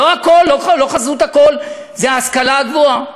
זה לא חזות הכול, ההשכלה הגבוהה.